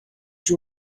you